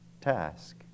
task